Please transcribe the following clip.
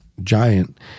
giant